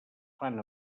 fan